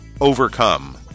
Overcome